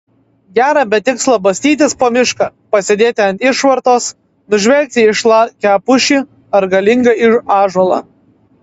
gera be tikslo bastytis po mišką pasėdėti ant išvartos nužvelgti išlakią pušį ar galingą ąžuolą